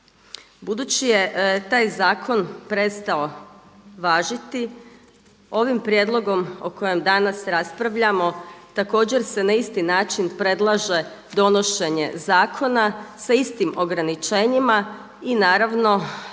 Budući je taj zakon prestao važiti ovim prijedlogom o kojem danas raspravljamo također se na isti način predlaže donošenje zakona sa istim ograničenjima i naravno